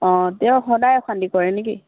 অঁ তেওঁ সদায় অশান্ত কৰেনে কি